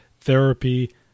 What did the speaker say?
Therapy